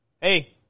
Hey